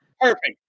perfect